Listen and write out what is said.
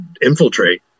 infiltrate